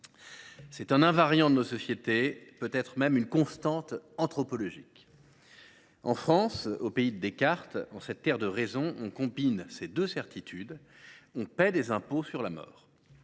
C’est un invariant de nos sociétés, peut être même une constante anthropologique. En France, au pays de Descartes, en cette terre de raison, on combine ces deux certitudes : on paie des impôts sur la mort.